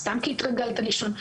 סתם כי התרגלת לישון.